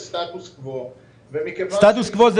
לא נפסיק את קו הרכבות לדימונה.